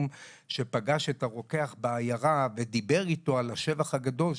שפגש את הרוקח בעיירה ודיבר איתו על השבח הגדול,